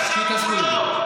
תתעסקו בזה.